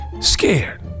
scared